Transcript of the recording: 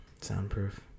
soundproof